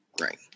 right